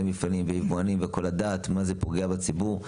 מפעלים ועם כהנים וכל הדעת מה זה פוגע בציבור.